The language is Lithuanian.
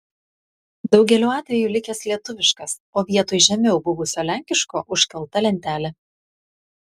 daugeliu atveju likęs lietuviškas o vietoj žemiau buvusio lenkiško užkalta lentelė